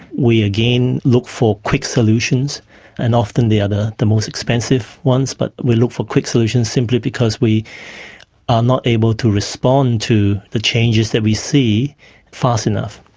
we again look for quick solutions and often the other, the most expensive ones, but we look for quick solutions simply because we are not able to respond to the changes that we see fast enough.